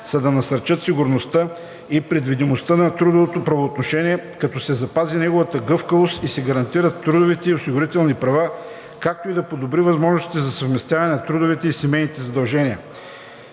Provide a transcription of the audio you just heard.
са да насърчат сигурността и предвидимостта на трудовото правоотношение, като се запази неговата гъвкавост и се гарантират трудовите и осигурителни права, както и да подобри възможностите за съвместяване на трудовите и семейните задължения.